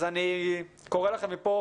אז אני קורא לכם מפה